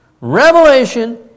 Revelation